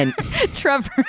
Trevor